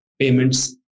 payments